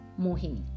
Mohini